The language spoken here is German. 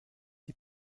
die